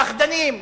פחדנים,